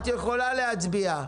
אז את יכולה להצביע.